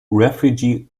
refugee